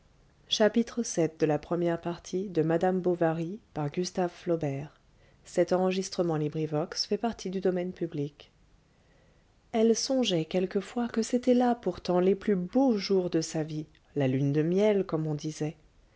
elle songeait quelquefois que c'étaient là pourtant les plus beaux jours de sa vie la lune de miel comme on disait